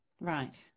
right